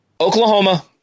Oklahoma